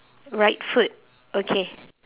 right foot okay